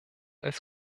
als